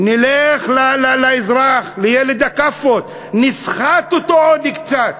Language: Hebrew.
נלך לאזרח, לילד הכאפות, נסחט אותו עוד קצת,